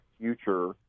future